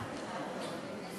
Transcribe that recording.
אדוני.